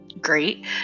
great